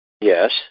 Yes